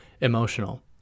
emotional